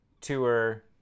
tour